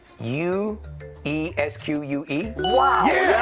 u e s q u e. wow!